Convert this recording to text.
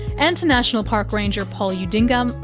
and to national park ranger paul yeah udinga, um